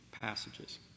passages